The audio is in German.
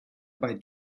bei